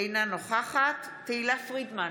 אינה נוכחת תהלה פרידמן,